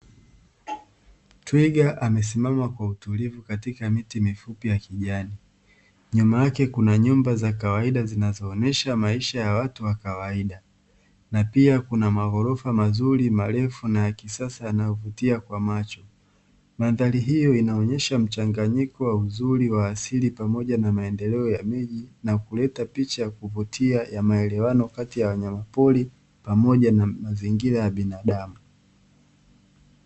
Twiga amesimama kwa utulivu katika miti mifupi ya kijani, nyuma yake kuna nyumba za kawaida zinazoonyesha maisha ya watu wa kawaida, na pia kuna maghorofa mazuri, marefu na ya kisasa yanayovutia kwa macho. Mandhari hiyo inaonyesha mchanganyiko wa uzuri wa asili pamoja na maendeleo ya miji, na kuleta picha ya kuvutia ya maelewano kati ya wanyama pori, pamoja na mazingira ya binadamu.